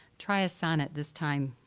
try a sonnet this time,